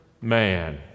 man